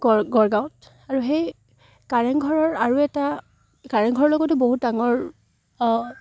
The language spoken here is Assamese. গড় গড়গাঁৱত আৰু সেই কাৰেংঘৰৰ আৰু এটা কাৰেংঘৰৰ লগতো বহুত ডাঙৰ